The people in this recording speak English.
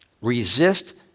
Resist